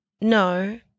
No